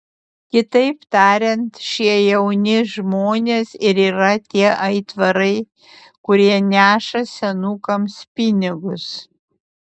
kitaip tariant šie jauni žmonės ir yra tie aitvarai kurie neša senukams pinigus